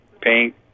pink